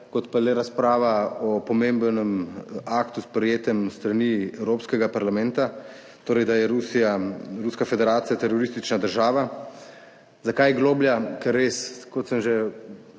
kot pa le razprava o pomembnem aktu, sprejetem s strani Evropskega parlamenta, torej, da je Rusija, Ruska federacija teroristična država. Zakaj je globlja? Ker res, kot sem že pretekli